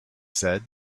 said